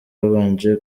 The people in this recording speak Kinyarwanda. babanje